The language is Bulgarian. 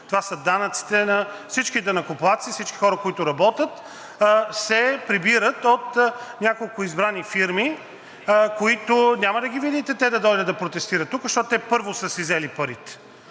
това са данъците на всички данъкоплатци, на всички хора, които работят. Те се прибират от няколко избрани фирми, които няма да ги видите да дойдат и да протестират тук, защото те първо са си взели парите.